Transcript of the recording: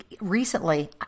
recently